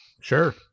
Sure